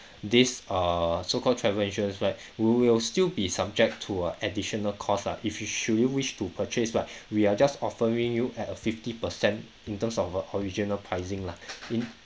this err so called travel insurance where we will still be subject to uh additional cost ah if you should you wish to purchase but we are just offering you at a fifty per cent in terms of our original pricing lah in